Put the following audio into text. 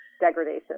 degradation